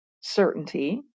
certainty